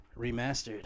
Remastered